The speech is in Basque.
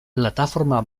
plataforma